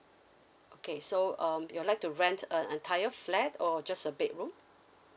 okay so um you would like to rent a entire flat or just a bedroom